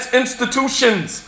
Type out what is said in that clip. institutions